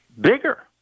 bigger